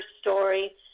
story